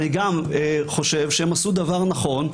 אני גם חושב שהם עשו דבר נכון,